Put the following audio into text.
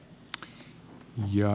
arvoisa puhemies